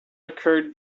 occurred